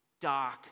dark